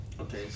Okay